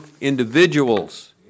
individuals